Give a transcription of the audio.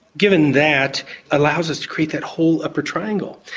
given that allows us to create that whole upper triangle.